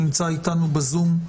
שנמצא איתנו בזום,